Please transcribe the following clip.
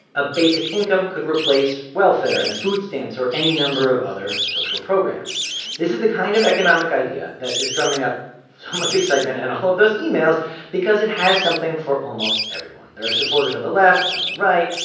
a basic income could replace welfare and food stamps or any number of other social programs this is the kind of economic idea that is drumming up so much excitement and all of those emails because it has something for almost everyone. there are supporters on the left and on the right.